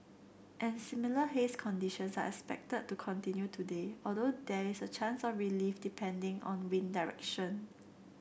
and similar haze conditions are expected to continue today although there is a chance of relief depending on wind direction